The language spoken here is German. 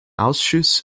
ausschuss